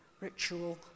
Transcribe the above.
ritual